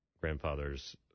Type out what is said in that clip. grandfather's